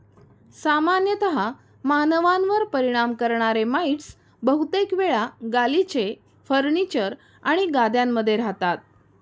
सामान्यतः मानवांवर परिणाम करणारे माइटस बहुतेक वेळा गालिचे, फर्निचर आणि गाद्यांमध्ये रहातात